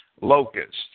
locusts